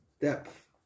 depth